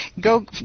go